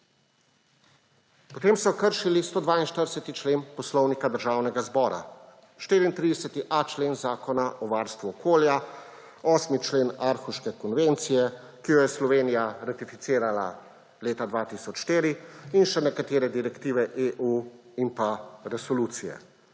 Potem so kršili 142. člen Poslovnika Državnega zbora, 34.a člen Zakona o varstvu okolja, 8. člen Aarhurške konvencije, ki jo je Slovenija ratificirala leta 2004, in še nekatere direktive EU in resolucije.